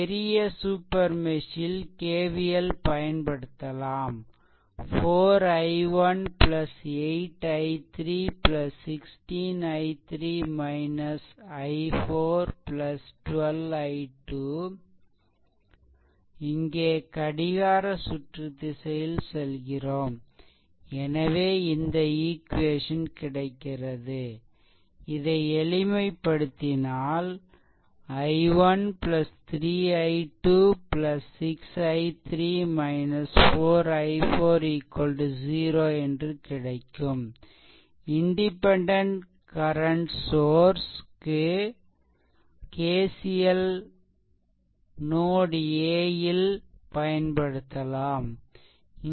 பெரிய super mesh ல் KVL பயன்படுத்தலாம் 4 I1 8 I3 16 I3 i4 12 I2 இங்கே கடிகார சுற்று திசையில் செல்கிறோம் எனவே இந்த ஈக்வேசன் கிடைக்கிறது இதை எளிமைப்படுத்தினால் I1 3 I2 6 I3 4 i4 0 என்று கிடைக்கும் இன்டிபெண்டென்ட் கரண்ட் சோர்ஸ் க்கு KCL நோட் a ல் பயன்படுத்தலாம்